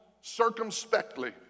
circumspectly